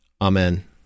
Amen